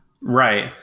Right